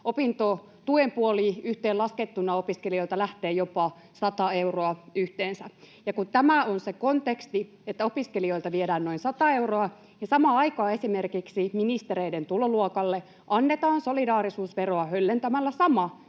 opintotuen puoli yhteenlaskettuna opiskelijoilta lähtee yhteensä jopa 100 euroa. Ja kun tämä on se konteksti, että opiskelijoilta viedään noin 100 euroa, ja samaan aikaan esimerkiksi ministereiden tuloluokalle annetaan solidaarisuusveroa höllentämällä sama